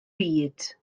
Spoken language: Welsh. byd